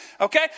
Okay